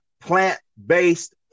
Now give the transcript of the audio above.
plant-based